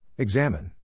Examine